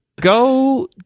go